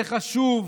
זה חשוב.